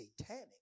satanic